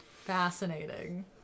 fascinating